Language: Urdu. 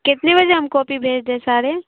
کتنے بجے ہم کاپی بھیج دیں سارے